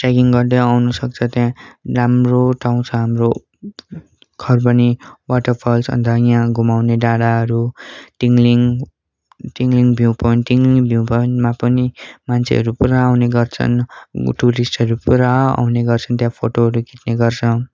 tracking गर्दै आउनु सक्छ त्यहाँ राम्रो ठाउँ छ हाम्रो खरबनी वाटर फल्स अन्त यहाँ घुमाउने डाँडाहरू Tingling Tingling view point Tingling view पोइन्टमा पनि मान्छेहरू पुरा आउने गर्छन् टुरिस्टहरू पुरा आउने गर्छन् त्यहाँ फोटोहरू खिच्ने गर्छ